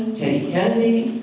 kennedy.